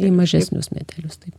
į mažesnius mietelius taip